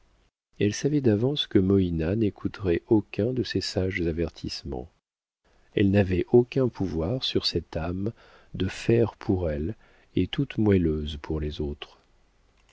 elle savait d'avance que moïna n'écouterait aucun de ses sages avertissements elle n'avait aucun pouvoir sur cette âme de fer pour elle et toute moelleuse pour les autres